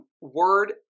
word